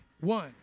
One